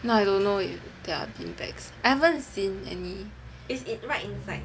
I don't know if there are beanbags I haven't seen any